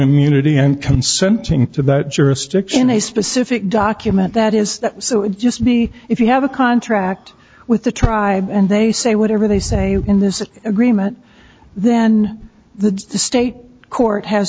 immunity and consenting to that jurisdiction a specific document that is so it just be if you have a contract with the tribe and they say whatever they say in this agreement then the state court has